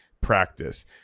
practice